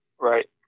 Right